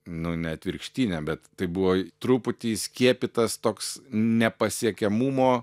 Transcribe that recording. nu ne atvirkštinė bet tai buvo truputį įskiepytas toks nepasiekiamumo